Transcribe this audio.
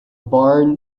barn